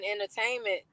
entertainment